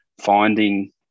finding